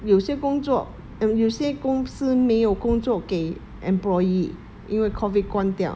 有些工作 and 有些公司没有工作给 employee 因为 COVID 关掉